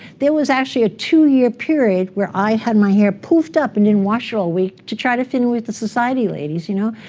there was actually a two year period where i had my hair poofed up and didn't wash it all week to try to fit in with the society ladies, you know,